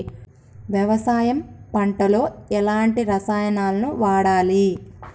వ్యవసాయం పంట లో ఎలాంటి రసాయనాలను వాడాలి?